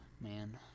man